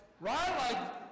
Right